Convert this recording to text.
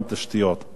תודה, אדוני היושב-ראש.